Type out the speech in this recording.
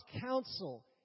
counsel